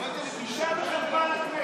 בושה וחרפה לכנסת.